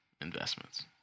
investments